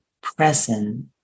present